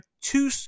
two